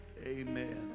Amen